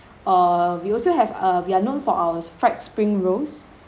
or we also have uh we're known for our fried spring rolls